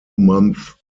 month